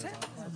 כבוד היושב-ראש,